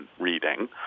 reading